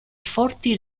forti